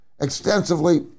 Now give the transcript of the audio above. extensively